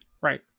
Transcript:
Right